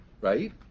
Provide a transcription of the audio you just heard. right